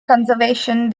conservation